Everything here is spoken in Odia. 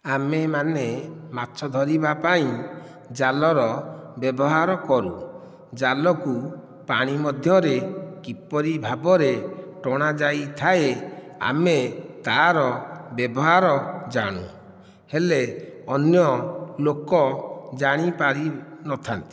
ଆମେମାନେ ମାଛ ଧରିବା ପାଇଁ ଜାଲର ବ୍ୟବହାର କରୁ ଜାଲକୁ ପାଣି ମଧ୍ୟରେ କିପରି ଭାବରେ ଟଣା ଯାଇଥାଏ ଆମେ ତା'ର ବ୍ୟବହାର ଜାଣୁ ହେଲେ ଅନ୍ୟ ଲୋକ ଜାଣି ପାରିନଥାନ୍ତି